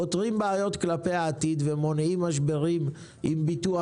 פותרים בעיות עתידיות ומונעים משברים עם ביטוח